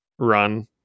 Run